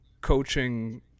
coaching